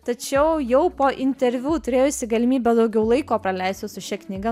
tačiau jau po interviu turėjusi galimybę daugiau laiko praleisti su šia knyga